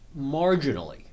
marginally